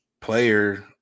player